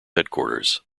headquarters